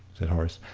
said horace,